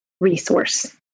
resource